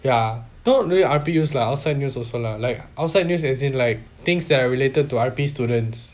ya don't really R_P use lah outside use also lah like outside news as in like things that are related to R+P students